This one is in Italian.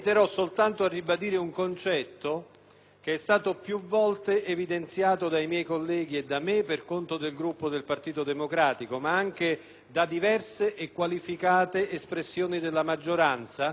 concetto più volte evidenziato dai miei colleghi e dal sottoscritto, per conto del Gruppo del Partito Democratico, ma anche da diverse e qualificate espressioni della maggioranza, alla stregua delle analisi rese